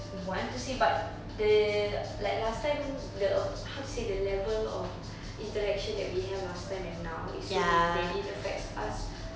want to see but the like last time the how to say the level of interaction that we have last time and now is so different it affects us